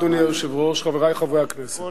אדוני היושב-ראש, תודה, חברי חברי הכנסת,